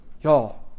Y'all